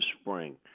spring